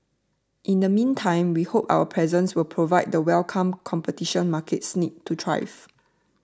in the meantime we hope our presence will provide the welcome competition markets need to thrive